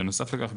בנוסף לכך,